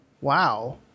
Wow